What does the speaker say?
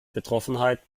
betroffenheit